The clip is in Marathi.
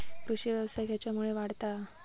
कृषीव्यवसाय खेच्यामुळे वाढता हा?